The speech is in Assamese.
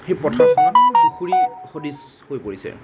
সেই পথাৰখনত পুখুৰী সদৃশ হৈ পৰিছে